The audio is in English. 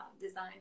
design